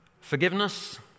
Forgiveness